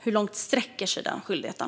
Hur långt sträcker sig den skyldigheten?